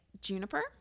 Juniper